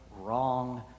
wrong